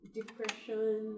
depression